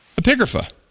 epigrapha